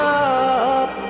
up